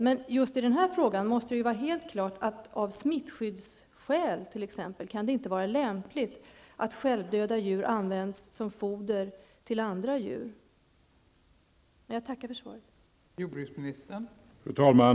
Men just i denna fråga måste det vara helt klart att det t.ex. av smittskyddsskäl inte kan vara lämpligt att självdöda djur används som foder till andra djur. Jag tackar emellertid för svaret.